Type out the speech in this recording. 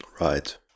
Right